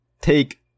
take